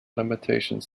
limitations